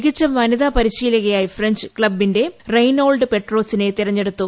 മികച്ച വനിതാ പരിശീലകയായി ഫ്രഞ്ച് ക്ലബ്ബിന്റെ റെയ്നോൾഡ് പെട്രോസിനെ തെരഞ്ഞെടുത്തു